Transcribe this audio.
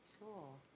Cool